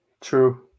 true